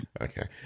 Okay